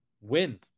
win